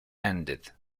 ended